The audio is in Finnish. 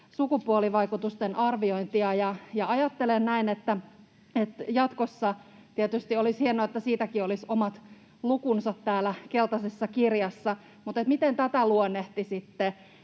sukupuolivaikutusten arviointia. Ajattelen näin, että jatkossa tietysti olisi hienoa, että siitäkin olisi omat lukunsa täällä keltaisessa kirjassa. Miten tätä luonnehtisitte?